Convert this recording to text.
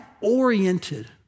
oriented